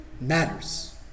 matters